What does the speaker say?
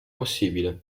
possibile